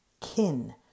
kin